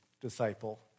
disciple